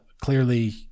Clearly